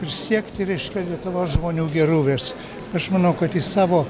ir siekti reiškia lietuvos žmonių gerovės aš manau kad į savo